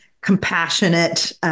compassionate